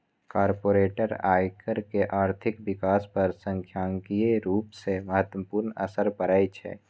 corporate आयकर के आर्थिक विकास पर सांख्यिकीय रूप सं महत्वपूर्ण असर पड़ै छै